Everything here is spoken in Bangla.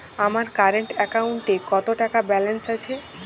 আমার কারেন্ট অ্যাকাউন্টে কত টাকা ব্যালেন্স আছে?